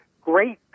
great